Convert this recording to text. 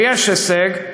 ויש הישג,